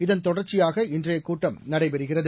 இதன் தொடர்ச்சியாக இன்றைய கூட்டம் நடைபெறுகிறது